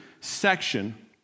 section